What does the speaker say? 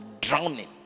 drowning